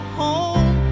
home